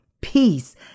peace